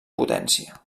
potència